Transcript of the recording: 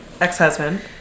ex-husband